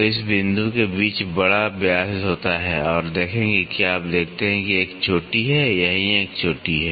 तो इस बिंदु के बीच बड़ा व्यास होता है और देखें कि क्या आप देखते हैं कि एक चोटी है यहीं एक चोटी है